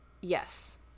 Yes